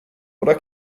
oder